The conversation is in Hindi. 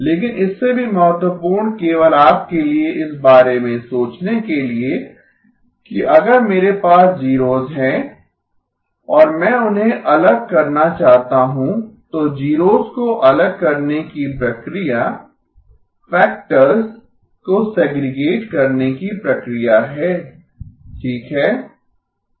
लेकिन इससे भी महत्वपूर्ण केवल आपके लिए इस बारे में सोचने के लिए कि अगर मेरे पास जीरोस है और मैं उन्हें अलग करना चाहता हूं तो जीरोस को अलग करने की प्रक्रिया फैक्टर्स को सेगरीगेट करने की प्रक्रिया है ठीक है